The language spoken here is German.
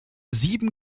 sieben